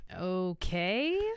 okay